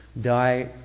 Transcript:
die